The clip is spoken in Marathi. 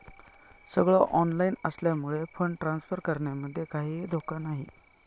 सगळ ऑनलाइन असल्यामुळे फंड ट्रांसफर करण्यामध्ये काहीही धोका नाही